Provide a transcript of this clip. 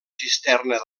cisterna